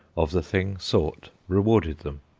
of the thing sought rewarded them.